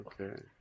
Okay